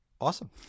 Awesome